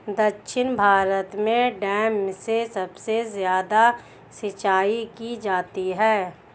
दक्षिण भारत में डैम से सबसे ज्यादा सिंचाई की जाती है